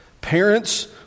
Parents